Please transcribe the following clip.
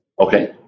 Okay